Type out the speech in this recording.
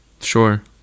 Sure